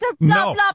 No